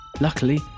Luckily